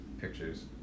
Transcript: Pictures